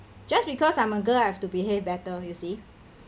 just because I'm a girl I have to behave better you see